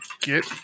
get